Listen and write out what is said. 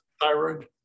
Thyroid